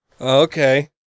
Okay